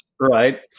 right